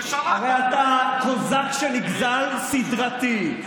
נשמה, הרי אתה הקוזק שנגזל סדרתי.